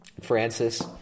Francis